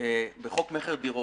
בחוק מכר דירות.